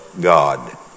God